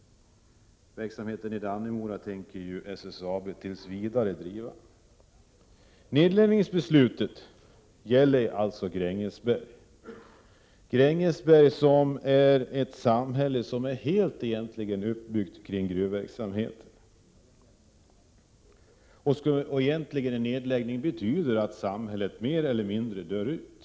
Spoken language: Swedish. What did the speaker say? Verksamheten i Dannemora skall ju SSAB driva tills vidare. Nedläggningsbeslutet gäller alltså Grängesberg — ett samhälle som egentligen är helt uppbyggt kring gruvverksamheten. En nedläggning betyder att det samhället mer eller mindre dör ut.